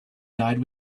died